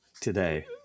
today